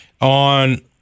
on